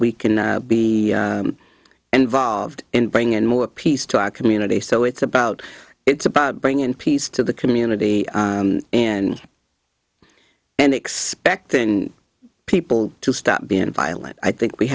we can be involved in bringing more peace to our community so it's about it's about bringing peace to the community in and expecting people to stop being violent i think we